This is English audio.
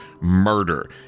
murder